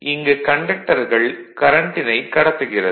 இங்கு கண்டக்டர்கள் கரண்ட்டினை கடத்துகிறது